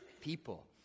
People